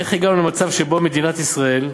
איך הגענו למצב שבו מדינת ישראל,